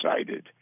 excited